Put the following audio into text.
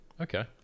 Okay